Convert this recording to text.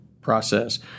process